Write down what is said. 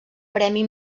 premi